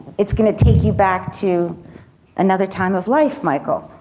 it's gonna take you back to another time of life michael.